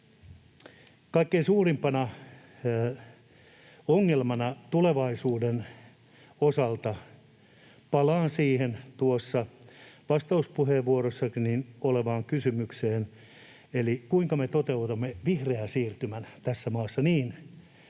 Kaikkein suurimpana ongelmana tulevaisuuden osalta palaan siihen vastauspuheenvuorossanikin olevaan kysymykseen, eli kuinka me toteutamme vihreän siirtymän tässä maassa niin,